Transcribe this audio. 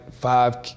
Five